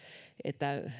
että